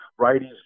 righties